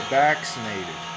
vaccinated